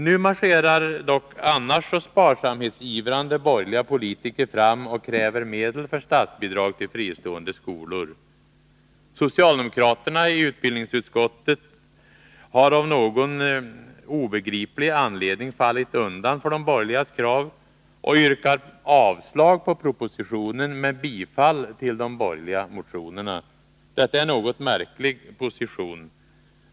Nu marscherar dock annars så sparsamhetsivrande borgerliga politiker fram och kräver medel för statsbidrag till fristående skolor. Socialdemokraterna i utbildningsutskottet har av någon obegriplig anledning fallit undan för de borgerligas krav och yrkar avslag på propositionen men bifall till de borgerliga motionerna. Detta är en något märklig position.